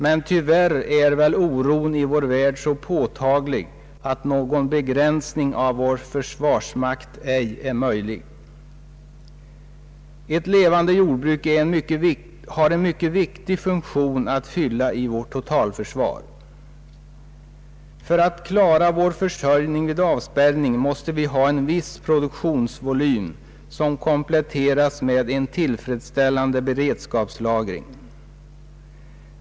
Men tyvärr är väl oron i vår värld så påtaglig att någon begränsning av vår försvarsmakt ej är möjlig. Ett levande jordbruk har en mycket viktig funktion att fylla i vårt totalförsvar. För att klara vår försörjning vid avspärrning måste vi ha en viss produktionsvolym som kompletteras med en tillfredsställande beredskapslagring.